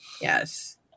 yes